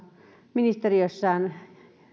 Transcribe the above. ministeriössään